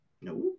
No